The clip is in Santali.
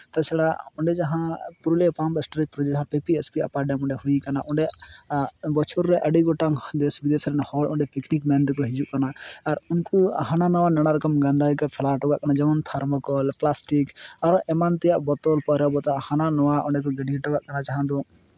ᱛᱟᱪᱷᱟᱲᱟ ᱚᱸᱰᱮ ᱡᱟᱦᱟᱸ Purulia pump storage project PP SP ᱟᱯᱟᱨ ᱰᱮᱢ ᱨᱮ ᱦᱩᱭ ᱠᱟᱱᱟ ᱚᱸᱰᱮ ᱵᱚᱪᱷᱚᱨ ᱨᱮ ᱟᱹᱰᱤ ᱜᱚᱴᱟᱝ ᱫᱮᱥ ᱵᱤᱫᱮᱥ ᱨᱮᱱ ᱦᱚᱲ ᱚᱸᱰᱮ ᱯᱤᱠᱱᱤᱠ ᱢᱮᱱ ᱛᱮᱠᱚ ᱦᱤᱡᱩᱜ ᱠᱟᱱᱟ ᱟᱨ ᱩᱱᱠᱩ ᱦᱟᱱᱟ ᱱᱚᱣᱟ ᱱᱟᱱᱟ ᱨᱚᱠᱚᱢ ᱱᱚᱝᱨᱟ ᱜᱮ ᱠᱚ ᱯᱷᱮᱞᱟ ᱦᱚᱴᱚ ᱠᱟᱜ ᱠᱟᱱᱟ ᱡᱮᱢᱚᱱ ᱛᱷᱟᱨᱢᱳᱠᱚᱞ ᱯᱞᱟᱥᱴᱤᱠ ᱟᱨᱚ ᱮᱢᱟᱱ ᱛᱮᱭᱟᱜ ᱵᱳᱛᱚᱞ ᱯᱟᱹᱣᱨᱟᱹ ᱵᱳᱛᱚᱞ ᱦᱟᱱᱟ ᱱᱚᱣᱟ ᱚᱸᱰᱮ ᱠᱚ ᱜᱤᱰᱤ ᱦᱚᱴᱚ ᱠᱟᱜ ᱠᱟᱱᱟ ᱡᱟᱦᱟᱸ ᱫᱚ